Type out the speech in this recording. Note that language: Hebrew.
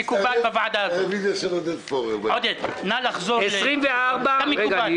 נא לחזור עם